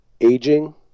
aging